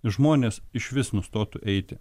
žmonės išvis nustotų eiti